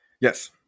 Yes